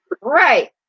Right